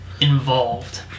involved